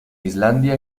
islandia